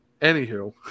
Anywho